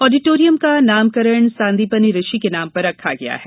auditorium का नामकरण सांदीपनि ऋषि के नाम पर रखा गया है